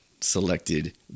selected